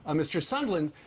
ah mr. sondland,